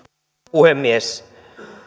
puhemies